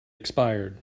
expired